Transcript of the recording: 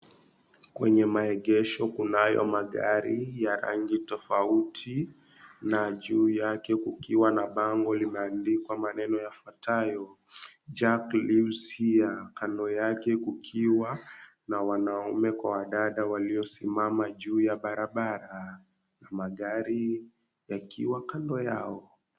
Kwenye maegesho kunayo magari ya rangi tofauti, na juu yake kukiwa na bango limeandikwa maneno yafuatayo, "Jack lives here," kando yake kukiwa na wanaume Kwa wadada waliosimama juu ya barabara, magari yakiwa kando yao.